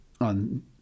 on